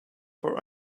for